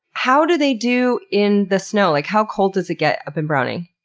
how do they do in the snow? like, how cold does it get up in browning?